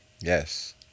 Yes